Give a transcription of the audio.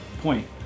point